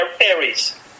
Aries